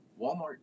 Walmart